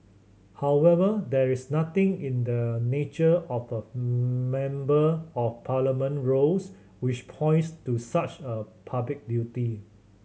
however there is nothing in the nature of a Member of parliament roles which points to such a public duty